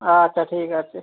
আচ্ছা ঠিক আছে